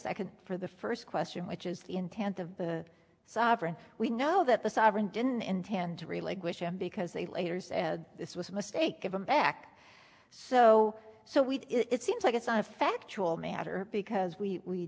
second for the first question which is the intent of the sovereign we know that the sovereign didn't intend to relinquish them because they later this was a mistake given back so so we it seems like it's not a factual matter because we